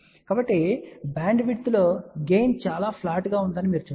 కాబట్టి బ్యాండ్విడ్త్లో గెయిన్ చాలా ఫ్లాట్గా ఉందని మీరు చూడవచ్చు